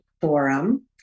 forum